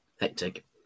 Hectic